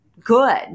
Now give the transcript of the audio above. good